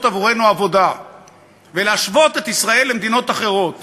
עבורנו עבודה ולהשוות את ישראל למדינות אחרות